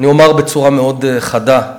אני אומר בצורה חדה מאוד: